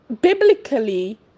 biblically